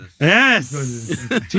yes